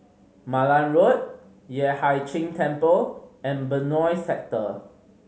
Malan Road Yueh Hai Ching Temple and Benoi Sector